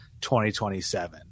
2027